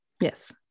Yes